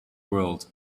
world